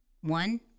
One